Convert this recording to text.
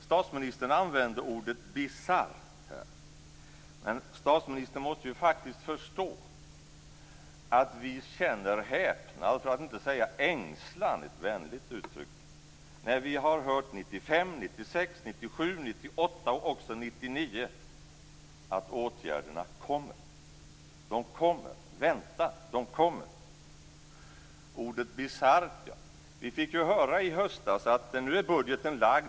Statsministern använde här ordet bisarr, men statsministern måste ju faktiskt förstå att vi känner häpnad, för att inte säga ängslan, vänligt uttryckt, när vi 1995, 1996, 1997, 1998 och också 1999 har hört att åtgärderna kommer - de kommer, vänta de kommer. Ordet bisarrt, ja. Vi fick ju höra i höstas att nu är budgeten framlagd.